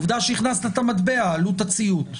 עובדה שהכנסת את המטבע "עלות הציות".